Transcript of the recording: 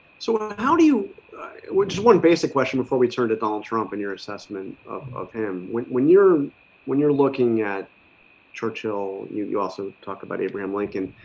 so, how do you which is one basic question before we turn to donald trump in your assessment of of him when when you're when you're looking at churchill you you also talk about abraham lincoln.